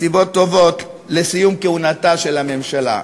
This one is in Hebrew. סיבות טובות לסיום כהונתה של הממשלה.